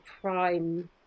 prime